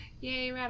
Yay